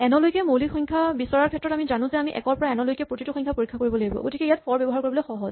N লৈকে মৌলিক সংখ্যা বিচৰাৰ ক্ষেত্ৰত আমি জানো যে আমি এক ৰ পৰা এন লৈকে প্ৰতিটো সংখ্যা পৰীক্ষা কৰিব লাগিব গতিকে ইয়াত ফৰ ব্যৱহাৰ কৰিবলৈ সহজ